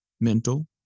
mental